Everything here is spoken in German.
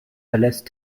verlässt